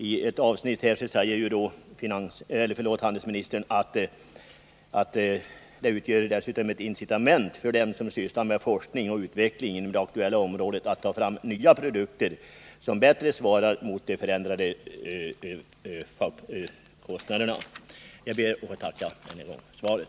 I ett avsnitt i svaret påpekade också handelsministern att prisutvecklingen utgör ”ett incitament för dem som sysslar med forskning och utveckling inom det aktuella området att ta fram nya produkter som bättre svarar mot de förändrade faktorkostnaderna”. Jag ber än en gång att få tacka för svaret.